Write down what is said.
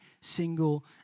single